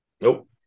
Nope